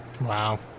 Wow